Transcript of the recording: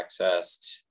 accessed